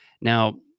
Now